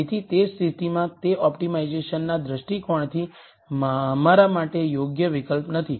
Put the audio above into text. તેથી તે સ્થિતિમાં તે ઓપ્ટિમાઇઝેશનના દૃષ્ટિકોણથી અમારા માટે યોગ્ય વિકલ્પ નથી